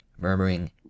murmuring